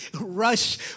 rush